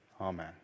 amen